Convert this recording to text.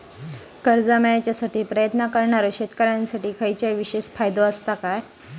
कर्जा मेळाकसाठी प्रयत्न करणारो शेतकऱ्यांसाठी खयच्या विशेष फायदो असात काय?